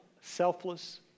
selfless